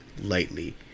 lightly